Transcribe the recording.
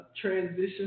transition